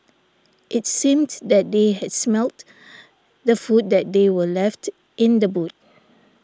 it seemed that they had smelt the food that they were left in the boot